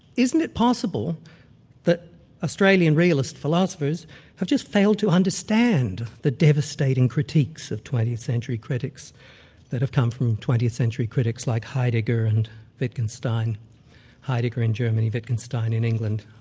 isn't it possible that australian realist philosophers have just failed to understand the devastating critiques of twentieth century critics that have come from twentieth century critics like heidegger and wittgenstein heidegger in germany, wittgenstein in england.